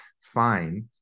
fine